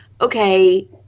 okay